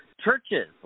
Churches